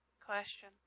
question